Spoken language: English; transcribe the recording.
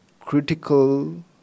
critical